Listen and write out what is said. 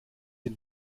den